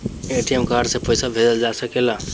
ATM card से पइसा भेजल जा सकेला कइसे?